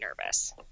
nervous